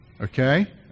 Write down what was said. Okay